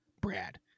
Brad